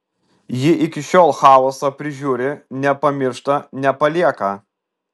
ji iki šiol chaosą prižiūri nepamiršta nepalieka